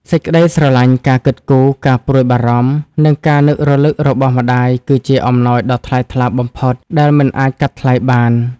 សេចក្ដីស្រឡាញ់ ការគិតគូរ ការព្រួយបារម្ភ និងការនឹករលឹករបស់ម្ដាយគឺជា អំណោយដ៏ថ្លៃថ្លាបំផុត ដែលមិនអាចកាត់ថ្លៃបាន។